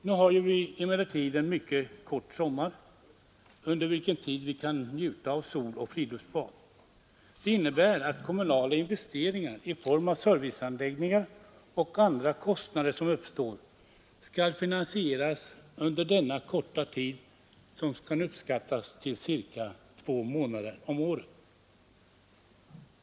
Nu har vi emellertid en mycket kort sommar, under vilken tid vi kan njuta av sol och friluftsbad. Det innebär att kommunala investeringar i form av serviceanläggningar och andra kostnader som uppstår skall finansieras under denna korta tid som kan uppskattas till ca 2 månader om året.